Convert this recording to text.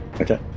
okay